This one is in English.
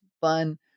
fun